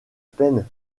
peine